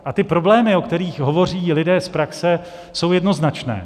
A ty problémy, o kterých hovoří lidé z praxe, jsou jednoznačné.